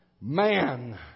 man